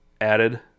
added